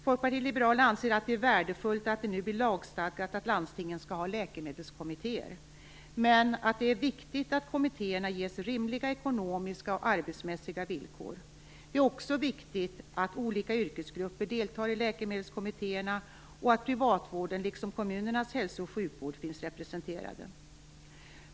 Folkpartiet liberalerna anser att det är värdefullt att det nu blir lagstadgat att landstingen skall ha läkemedelskommittéer, men att det är viktigt att kommittéerna ges rimliga ekonomiska och arbetsmässiga villkor. Det är också viktigt att olika yrkesgrupper deltar i läkemedelskommittéerna och att privatvården liksom kommunernas hälso och sjukvård finns representerade.